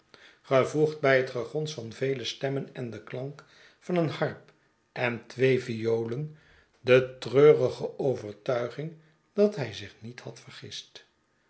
gevoegd bij het gegons van vele stemmen en de klank van een harp en twee violen de treurige overtuiging dat hij zich niet had vergist